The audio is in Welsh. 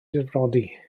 difrodi